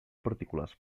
partícules